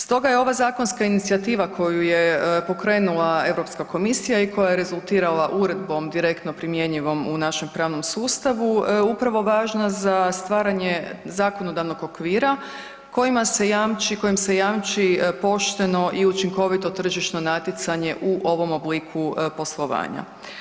Stoga je ova zakonska inicijativa koju je pokrenula Europska komisija i koja je rezultirala uredbom direktno primjenjivom u našem pravnom sustavu upravo važna za stvaranje zakonodavnog okvira kojim se jamči pošteno i učinkovito tržišno natjecanje u ovom obliku poslovanja.